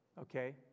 okay